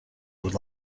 would